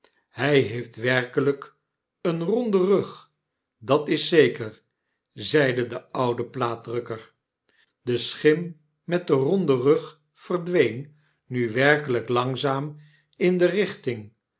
hy heeft werkelyk een ronden rug dat is zeker zeide de oude plaatdrukker de schim met den ronden rug verdween nu werkelyk langzaam in de richting